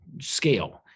scale